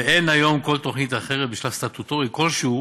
ואין היום כל תוכנית אחרת בשלב סטטוטורי כלשהו